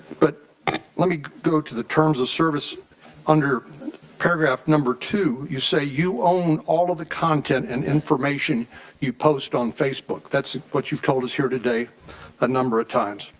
but let me go to the terms of service under paragraph number two you say you own all of the consent and information you post on facebook that's what you've told us here today a number of times.